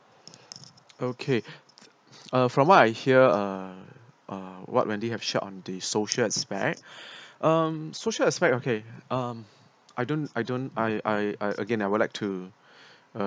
okay uh from what I hear uh what when they have shared on the social aspect um social aspect okay um I don't I don't I I I again I would like to uh